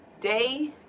day